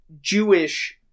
Jewish